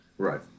Right